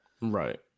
Right